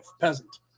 peasant